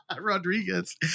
Rodriguez